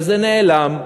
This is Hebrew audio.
וזה נעלם,